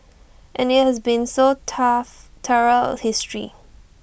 and IT has been so tough throughout history